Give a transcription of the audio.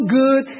good